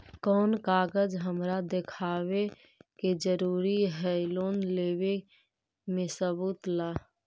कौन कागज हमरा दिखावे के जरूरी हई लोन लेवे में सबूत ला?